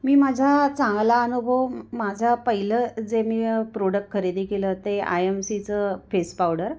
मी माझा चांगला अनुभव माझ्या पहिलं जे मी प्रोडक्ट खरेदी केलं ते आय एम सी चं फेस पावडर